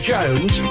Jones